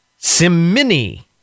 simmini